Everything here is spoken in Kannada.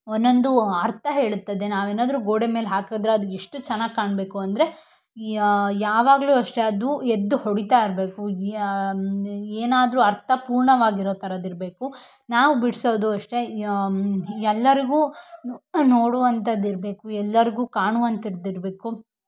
ಒನ್ನೊಂದು ಅರ್ಥ ಹೇಳುತ್ತದೆ ನಾವು ಏನಾದ್ರೂ ಗೋಡೆ ಮೇಲೆ ಹಾಕಿದರೆ ಅದು ಎಷ್ಟು ಚೆನ್ನಾಗಿ ಕಾಣಬೇಕು ಅಂದರೆ ಯಾವಾಗಲೂ ಅಷ್ಟೆ ಅದು ಎದ್ದು ಹೊಡಿತಾ ಇರಬೇಕು ಏನಾದ್ರೂ ಅರ್ಥಪೂರ್ಣವಾಗಿರೊ ಥರದ್ದು ಇರಬೇಕು ನಾವು ಬಿಡಿಸೋದು ಅಷ್ಟೆ ಎಲ್ಲರಿಗೂ ನೋಡುವಂಥದ್ದು ಇರಬೇಕು ಎಲ್ಲರಿಗೂ ಕಾಣುವಂಥದ್ದಿರಬೇಕು